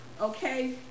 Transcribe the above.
okay